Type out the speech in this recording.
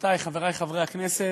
חברותי וחברי חברי הכנסת,